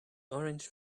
orange